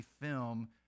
film